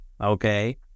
okay